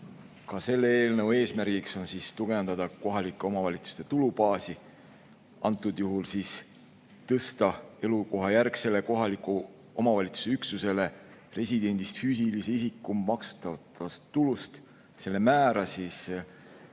Ka selle eelnõu eesmärgiks on tugevdada kohalike omavalitsuste tulubaasi, antud juhul tõsta elukohajärgsele kohaliku omavalitsuse üksusele residendist füüsilise isiku maksustatavast tulust [laekuva osa]